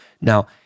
Now